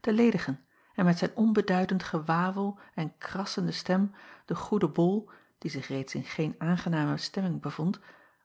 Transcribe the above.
te ledigen en met zijn onbeduidend gewawel en krassende stem den goeden ol die zich reeds in geen aangename stemming bevond